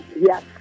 yes